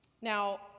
Now